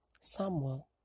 Samuel